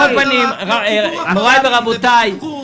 אנחנו נפעל בציבור החרדי לבטיחות,